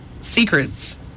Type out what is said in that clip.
secrets